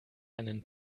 einen